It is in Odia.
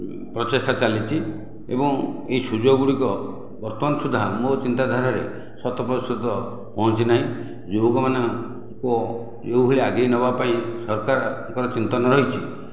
ପ୍ରଚେଷ୍ଟା ଚାଲିଛି ଏବଂ ଏଇ ସୁଯୋଗ ଗୁଡ଼ିକ ବର୍ତ୍ତମାନ ସୁଦ୍ଧା ମୋ ଚିନ୍ତାଧାରାରେ ଶତ ପ୍ରତିଶତ ପହଞ୍ଚିନାହିଁ ଯୁବକମାନଙ୍କୁ ଯେଉଁଭଳି ଆଗେଇନେବା ପାଇଁ ସରକାରଙ୍କର ଚିନ୍ତନ ରହିଛି